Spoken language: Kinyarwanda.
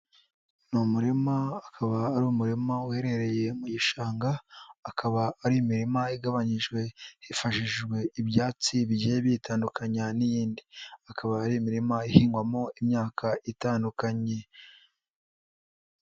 Ni umurima akaba ari umurima uherereye mu gishanga, akaba ari imirima igabanyijwe hifashishijwe ibyatsi bigiye biyitandukanya n'iyindi, akaba ari imirima ihingwamo imyaka itandukanye.